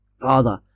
Father